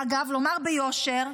אגב, לומר ביושר,